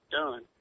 done